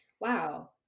wow